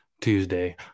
Tuesday